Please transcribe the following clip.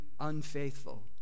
Unfaithful